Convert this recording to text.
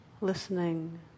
Listening